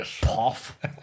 Puff